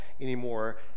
anymore